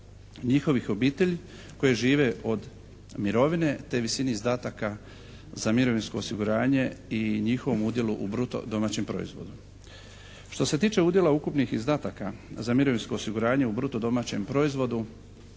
njihovih obitelji koji žive od mirovine, te visini izdataka za mirovinsko osiguranje i njihovom udjelu u bruto domaćem proizvodu. Što se tiče udjela ukupnih izdataka za mirovinsko osiguranje u bruto domaćem proizvodu